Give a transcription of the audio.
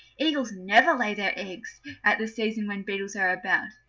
eagles never lay their eggs at the season when beetles are about.